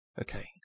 Okay